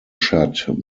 shut